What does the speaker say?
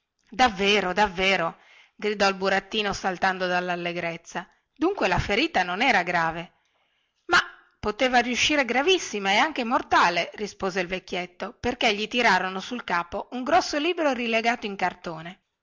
davvero davvero gridò il burattino saltando dallallegrezza dunque la ferita non era grave ma poteva riuscire gravissima e anche mortale rispose il vecchietto perché gli tirarono sul capo un grosso libro rilegato in cartone